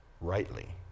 rightly